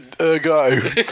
ergo